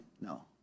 No